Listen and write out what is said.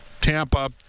Tampa